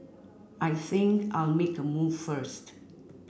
I think I'll make a move first